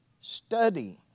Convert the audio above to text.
Study